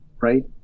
right